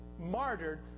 martyred